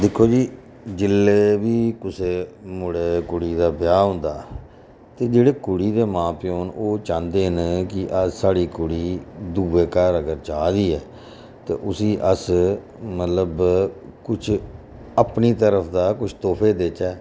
दिक्खो जी जेल्लै बी कुसै मुड़े कुड़ी दा ब्याह् होंदा ते जेह्ड़े कुड़ी दे मां प्यो न ओह् चांह्दे न कि अ साढ़ी कुड़ी दूए घर अगर जा दी ऐ ते उसी अस मतलब कुछ अपनी तरफ दा कुछ तोह्फे देचै